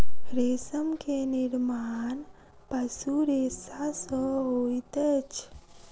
रेशम के निर्माण पशु रेशा सॅ होइत अछि